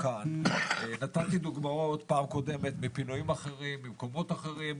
נתתי דוגמאות פעם קודמת מפינויים אחרים במקומות אחרים,